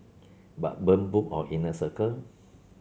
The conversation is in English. but burn book or inner circle